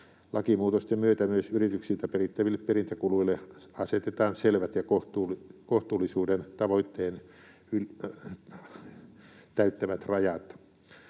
Lakimuutosten myötä myös yrityksiltä perittäville perintäkuluille asetetaan selvät ja kohtuullisuuden tavoitteen täyttävät rajat.